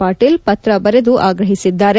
ಪಾಟೀಲ್ ಪತ್ರ ಬರೆದು ಆಗ್ರಹಿಸಿದ್ದಾರೆ